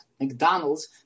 McDonald's